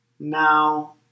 Now